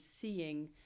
seeing